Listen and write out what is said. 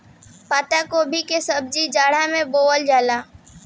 पातगोभी के सब्जी जाड़ा में बोअल जाला